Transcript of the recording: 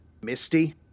Misty